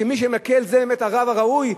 שמי שמקל זה באמת הרב הראוי,